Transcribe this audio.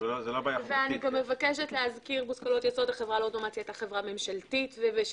אני גם מבקשת להזכיר זה היה סיפור אחר לגמרי,